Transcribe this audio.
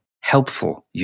helpful